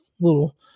little